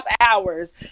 hours